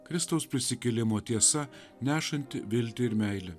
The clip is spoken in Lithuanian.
kristaus prisikėlimo tiesa nešanti viltį ir meilę